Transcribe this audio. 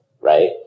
right